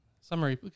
Summary